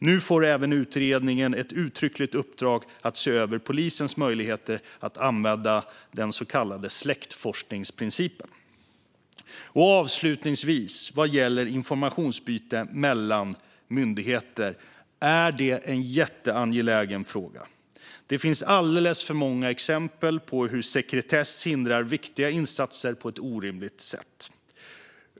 Nu får även utredningen ett uttryckligt uppdrag att se över polisens möjligheter att använda den så kallade släktforskningsprincipen. Avslutningsvis är informationsutbyte mellan myndigheter en väldigt angelägen fråga. Det finns alldeles för många exempel på hur sekretess hindrar viktiga insatser på ett orimligt sätt.